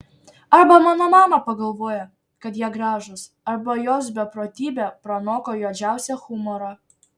arba mano mama pagalvojo kad jie gražūs arba jos beprotybė pranoko juodžiausią humorą